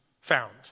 found